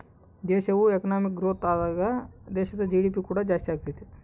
ದೇಶವು economic growth ಆದಾಗ ದೇಶದ ಜಿ.ಡಿ.ಪಿ ಕೂಡ ಜಾಸ್ತಿಯಾಗತೈತೆ